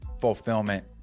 fulfillment